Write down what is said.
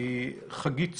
חגית צור,